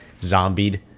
zombied